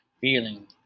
feeling